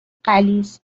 غلیظ